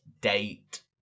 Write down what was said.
date